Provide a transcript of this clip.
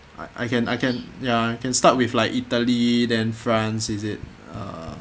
I I can I can ya I can start with like italy then france is it err